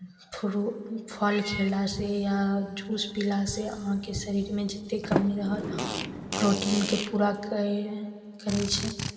फ्रू फल खयलासँ या जूस पीलासँ अहाँके शरीरमे जतेक कमी रहल प्रोटीनके पूरा करै करै छै